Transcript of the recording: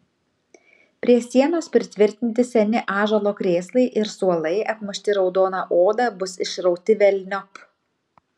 prie sienos pritvirtinti seni ąžuolo krėslai ir suolai apmušti raudona oda bus išrauti velniop